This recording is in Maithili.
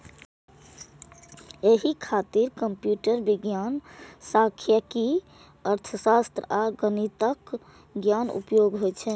एहि खातिर कंप्यूटर विज्ञान, सांख्यिकी, अर्थशास्त्र आ गणितक ज्ञानक उपयोग होइ छै